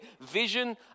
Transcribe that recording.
vision